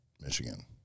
Michigan